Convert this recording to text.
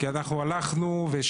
היא באה לתושבים כמוני ואומרת להם